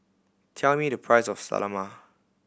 tell me the price of Salami